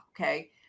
okay